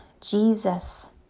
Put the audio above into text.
Jesus